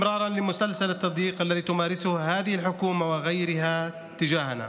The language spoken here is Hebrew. בהמשך לסדרת הלחצים שהממשלה הזאת נוהגת להפעיל כלפינו,